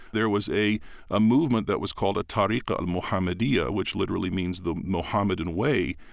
there was a ah movement that was called al-tariqa al-muhammadiyya, which literally means the muhammadan way,